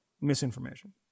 misinformation